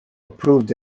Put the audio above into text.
approved